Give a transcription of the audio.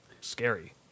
scary